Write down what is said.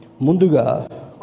Munduga